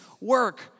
work